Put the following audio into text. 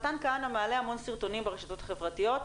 מתן כהנא מעלה המון סרטונים ברשתות החברתיות,